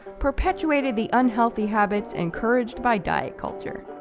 perpetuated the unhealthy habits encouraged by diet culture,